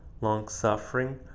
longsuffering